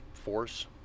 force